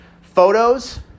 Photos